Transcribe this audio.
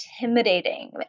intimidating